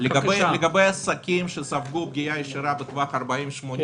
לגבי עסקים שספגו פגיעה ישירה בטווח 40 80 קילומטר,